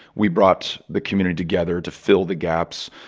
we brought the community together to fill the gaps.